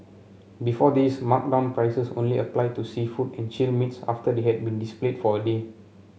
before this marked down prices only applied to seafood and chilled meats after they have been displayed for a day